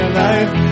life